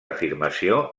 afirmació